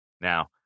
Now